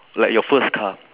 like your first car